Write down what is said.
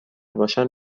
باشن